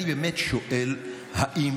אני באמת שואל: האם